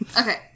Okay